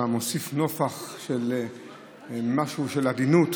אתה מוסיף נופך של משהו של עדינות